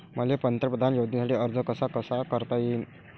मले पंतप्रधान योजनेसाठी अर्ज कसा कसा करता येईन?